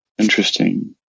Interesting